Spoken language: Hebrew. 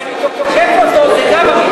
זה מוכיח שכשאני תוקף אותו זה גם מגיע